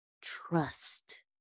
trust